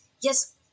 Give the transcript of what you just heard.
Yes